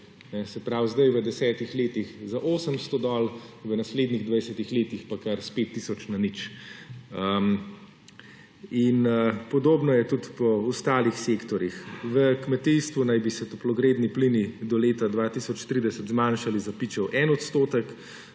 Se pravi sedaj v 10 letih za 800 dol, v naslednjih 20 letih pa kar s 5 tisoč na nič. Podobno je tudi po ostalih sektorjih. V kmetijstvu naj bi se toplogredni plini do leta 2030 zmanjšali za pičel en odstotek,